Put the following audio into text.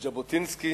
של ז'בוטינסקי,